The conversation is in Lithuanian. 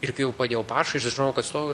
ir kai jau padėjau parašą ir sužinojau kad įstojau